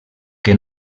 que